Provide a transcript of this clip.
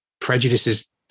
prejudices